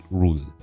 rule